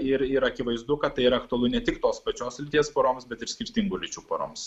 ir yra akivaizdu kad tai yra aktualu ne tik tos pačios lyties poroms bet ir skirtingų lyčių poroms